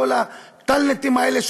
מכל הטאלנטים האלה,